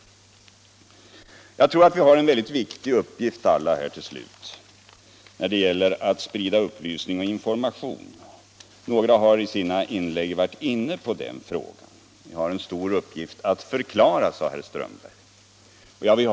Jag tror att vi har en väldigt viktig uppgift när det gäller att sprida upplysning och information. Några talare har i sina inlägg varit inne på den frågan — vi har en stor uppgift i att förklara, sade herr Strömberg i Botkyrka.